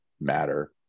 matter